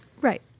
Right